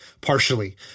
partially